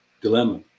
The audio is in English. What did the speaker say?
dilemma